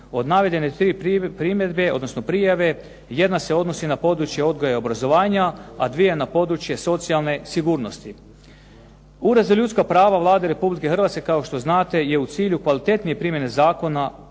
Od navedene tri primjedbe, odnosno prijave jedna se odnosi na područje odgoja i obrazovanja a dvije na područje socijalne sigurnosti. Ured za ljudska prava Vlade Republike Hrvatske kao što znate je u cilju kvalitetnije primjene zakona